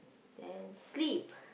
and sleep